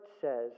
says